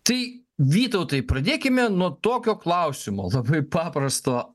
tai vytautai pradėkime nuo tokio klausimo labai paprasto